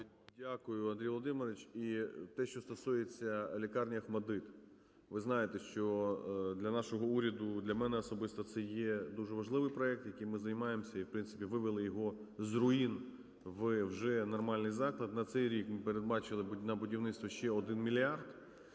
Дякую, Андрій Володимирович. І те, що стосується лікарні "Охматдит". Ви знаєте, що для нашого уряду, для мене особисто це є дуже важливий проект, яким ми займаємося і в принципі вивели його з руїн вже в нормальний заклад. На цей рік ми передбачили на будівництво ще 1 мільярд